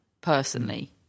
personally